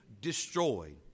destroyed